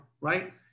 right